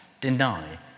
deny